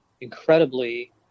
incredibly